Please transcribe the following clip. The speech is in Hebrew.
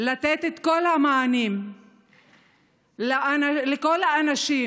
לתת את כל המענים לכל האנשים,